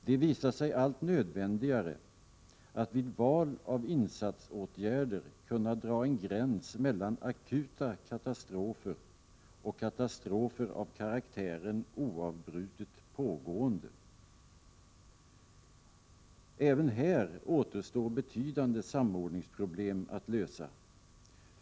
Det visar sig allt nödvändigare att vid val av insatsåtgärder kunna dra en gräns mellan akuta katastrofer och katastrofer av karaktären oavbrutet pågående. Även här återstår betydande samordningsproblem att lösa.